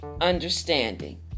understanding